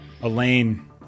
Elaine